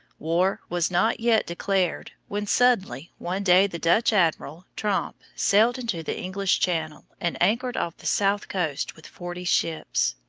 war was not yet declared, when suddenly one day the dutch admiral, tromp, sailed into the english channel and anchored off the south coast with forty ships.